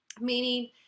meaning